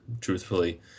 truthfully